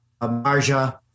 Marja